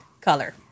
color